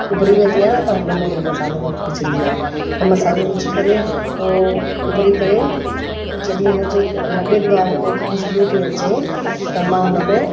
उबरी वेंदी आहे न त हुनमें हीअ मसालो विझंदी आहियां त मसालो विझी करे हो उबरी करे जॾहिं हिन जो लॻंदो आहे मूंखे की खुशबू थी अचे त मां हुनमें